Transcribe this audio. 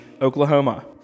Oklahoma